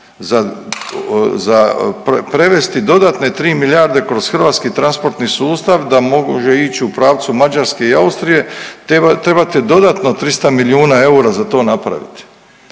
Za prevesti dodane tri milijarde kroz hrvatski transportni sustav da može ići u pravcu Mađarske i Austrije trebate dodatno 300 milijuna eura za to napraviti.